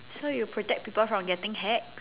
so you protect people from getting hacked